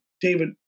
David